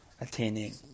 attaining